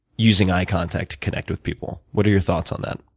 using eye contact to connect with people? what are your thoughts on that?